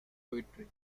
poetry